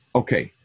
okay